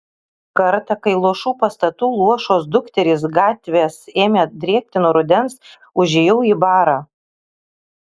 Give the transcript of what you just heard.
kartą kai luošų pastatų luošos dukterys gatvės ėmė drėkti nuo rudens užėjau į barą